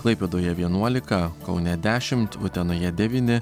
klaipėdoje vienuolika kaune dešimt utenoje devyni